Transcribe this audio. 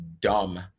dumb